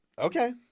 Okay